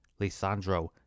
Lisandro